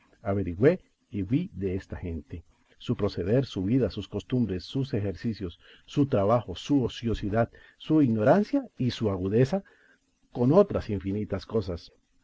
y vi desta gente su proceder su vida sus costumbres sus ejercicios su trabajo su ociosidad su ignorancia y su agudeza con otras infinitas cosas